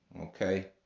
okay